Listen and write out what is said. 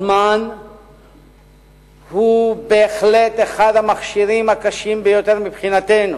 הזמן הוא בהחלט אחד המכשירים הקשים ביותר מבחינתנו.